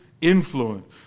influence